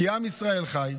כי עם ישראל חי.